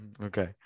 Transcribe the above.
Okay